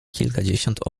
kilkadziesiąt